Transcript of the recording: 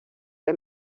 que